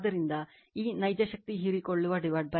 ಆದ್ದರಿಂದ ಈ ನೈಜ ಶಕ್ತಿ ಹೀರಿಕೊಳ್ಳುವ ಲೈನ್ 695